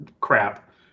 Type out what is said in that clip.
crap